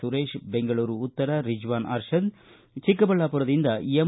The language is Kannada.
ಸುರೇಶ ಬೆಂಗಳೂರು ಉತ್ತರ ರಿಜ್ವಾನ್ ಅರ್ಷದ್ ಚಿಕ್ಕಬಳ್ಯಾಮರ ಎಂ